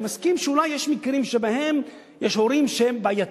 אני מסכים שאולי יש מקרים שבהם יש הורים בעייתיים,